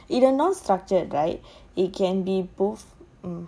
if non structured right it can be both